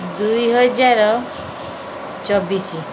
ଦୁଇହଜାର ଚବିଶି